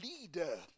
leader